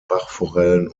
bachforellen